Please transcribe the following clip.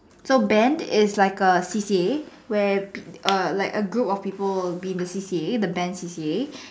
so band is like a C_C_A where err like a group of people will be in the C_C_A the band C_C_A